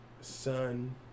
sun